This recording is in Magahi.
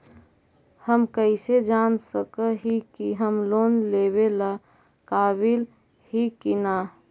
हम कईसे जान सक ही की हम लोन लेवेला काबिल ही की ना?